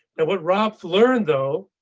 now, what robs learn though,